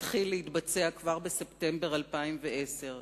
מתחיל להתבצע כבר בספטמבר 2010,